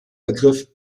begriff